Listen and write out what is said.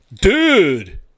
dude